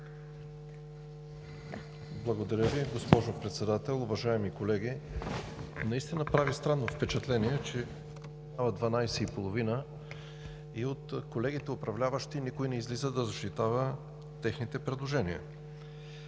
Благодаря Ви, госпожо Председател. Уважаеми колеги, наистина прави странно впечатление, че става 12,30 ч. и от колегите управляващи никой не излиза да защитава техните предложения.